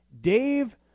dave